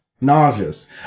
Nauseous